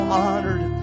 honored